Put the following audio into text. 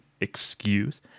excuse